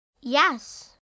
Yes